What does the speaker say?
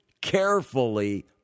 carefully